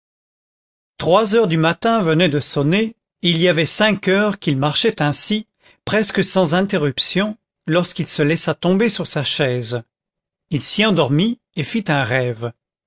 trois heures du matin venaient de sonner et il y avait cinq heures qu'il marchait ainsi presque sans interruption lorsqu'il se laissa tomber sur sa chaise il s'y endormit et fit un rêve